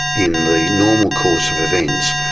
in the normal course of events,